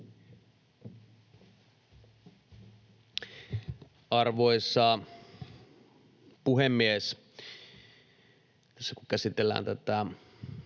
Arvoisa puhemies!